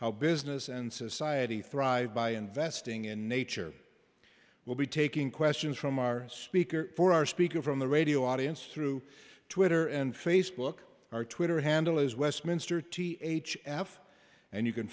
how business and society thrive by investing in nature will be taking questions from our speaker for our speaker from the radio audience through twitter and facebook or twitter handle is westminster t h f and you can